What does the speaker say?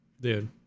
Dude